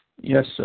Yes